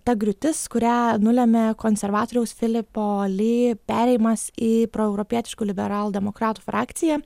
ta griūtis kurią nulemė konservatoriaus filipo ly perėjimas į proeuropietiškų liberaldemokratų frakciją